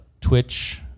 Twitch